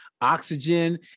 Oxygen